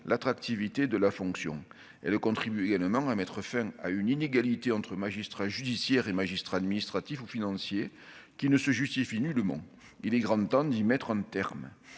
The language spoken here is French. l'attractivité de la fonction. Elle contribuera également à mettre fin à une inégalité entre les magistrats judiciaires et les magistrats administratifs ou financiers qui ne se justifiait nullement et à laquelle il est grand temps de mettre un terme.